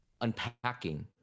unpacking